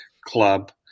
club